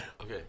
Okay